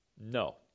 No